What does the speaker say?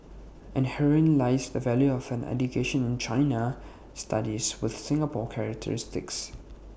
and herein lies the value of an education in China studies with Singapore characteristics